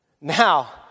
Now